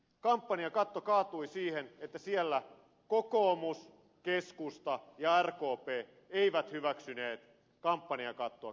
kampanjakatto kaatui siihen että siellä kokoomus keskusta ja rkp eivät hyväksyneet kampanjakattoa